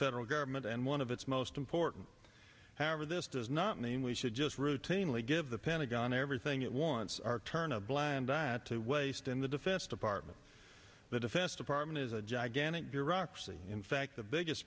federal government and one of its most important however this does not mean we should just routinely give the pentagon everything it wants our turn a blind eye to waste in the defense department the defense department is a gigantic bureaucracy in fact the biggest